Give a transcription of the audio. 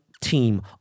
team